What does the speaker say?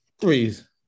Threes